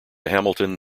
hamilton